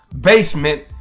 basement